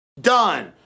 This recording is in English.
Done